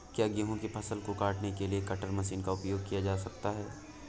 क्या गेहूँ की फसल को काटने के लिए कटर मशीन का उपयोग किया जा सकता है?